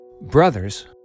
Brothers